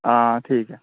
आं ठीक ऐ